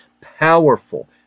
powerful